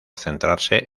centrarse